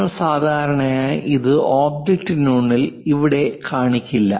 നമ്മൾ സാധാരണയായി ഇത് ഒബ്ജക്റ്റിനുള്ളിൽ ഇവിടെ കാണിക്കില്ല